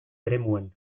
eremuan